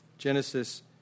Genesis